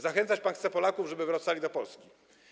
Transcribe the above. Zachęcać pan chce Polaków, żeby wracali do Polski.